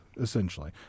essentially